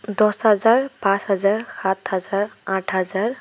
দহ হাজাৰ পাঁচ হাজাৰ সাত হাজাৰ আঠ হাজাৰ